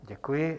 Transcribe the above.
Děkuji.